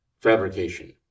fabrication